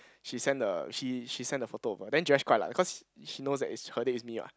she send the she she send the photo of her then Jores quite like because she knows that is her date is me what